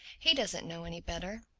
he doesn't know any better.